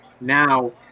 now